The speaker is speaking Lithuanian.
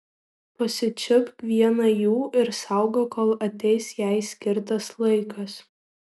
pasičiupk vieną jų ir saugok kol ateis jai skirtas laikas